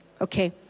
Okay